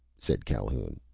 said calhoun.